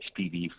HPV